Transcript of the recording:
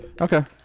Okay